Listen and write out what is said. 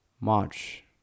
March